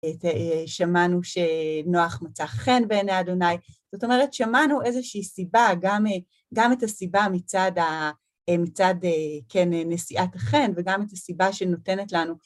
שמענו שנוח מצא חן בעיני ה', זאת אומרת שמענו איזושהי סיבה, גם את הסיבה מצד נשיאת החן וגם את הסיבה שנותנת לנו